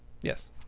Yes